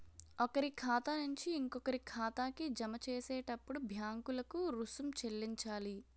ఒకరి ఖాతా నుంచి ఇంకొకరి ఖాతాకి జమ చేసేటప్పుడు బ్యాంకులకు రుసుం చెల్లించాలి